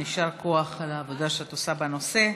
יישר כוח על העבודה שאת עושה בנושא.